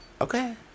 Okay